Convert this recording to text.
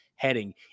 heading